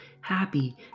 happy